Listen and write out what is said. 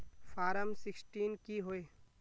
Form sixteen की होय?